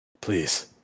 please